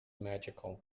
magical